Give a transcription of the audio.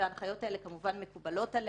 וההנחיות האלה כמובן מקובלות עלינו.